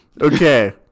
Okay